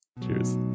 Cheers